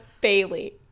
Bailey